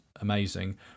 amazing